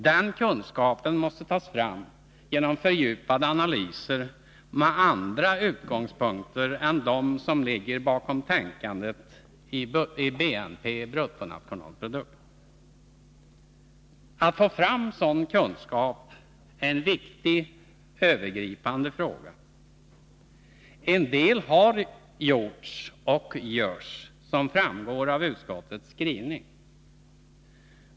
Den kunskapen måste tas fram genom fördjupade analyser med andra utgångspunkter än de som ligger bakom tänkandet i bruttonationalprodukt. Att få fram sådan kunskap är en viktig övergripande fråga. En del har gjorts och görs, som framgår av utskottets skrivning.